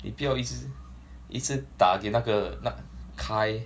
你不要一直一直打给那个那个 kyle